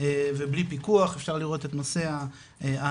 ובלי פיקוח, אפשר לראות את נושא האנונימיות.